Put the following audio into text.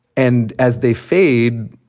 and as they fade,